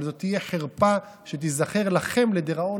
אבל זאת תהיה חרפה שתיזכר לכם לדיראון